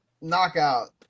knockout